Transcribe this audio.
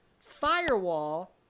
firewall